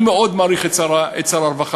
אני מאוד מעריך את שר הרווחה,